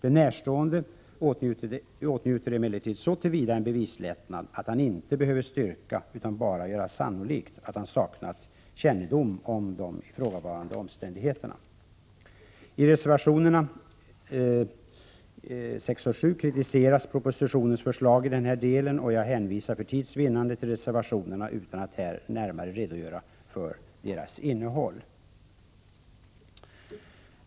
En närstående åtnjuter emellertid en bevislättnad så till vida att han inte behöver styrka utan bara göra sannolikt att han saknat kännedom om ifrågavarande omständigheter. I reservationerna 6 och 7 kritiseras propositionens förslag i den här delen. Jag hänvisar för tids vinnande till reservationerna utan att här närmare redogöra för deras innehåll.